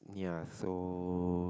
ya so